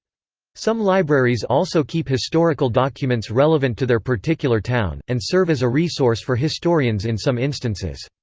some libraries also keep historical documents relevant to their particular town, and serve as a resource for historians in some instances.